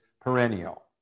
perennial